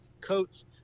coats